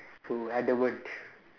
who adamant